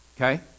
okay